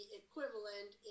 equivalent